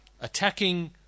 attacking